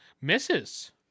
Misses